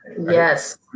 Yes